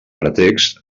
pretext